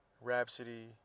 Rhapsody